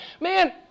Man